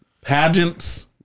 Pageants